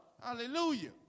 Hallelujah